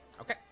Okay